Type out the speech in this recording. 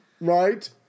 right